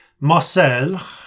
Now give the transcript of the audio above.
Marcel